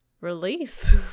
release